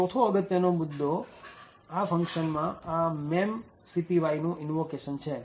ચોથો અગત્યનો મુદ્દો આ ફંકશનમાં આ memcpyનું ઈનવોકેશન છે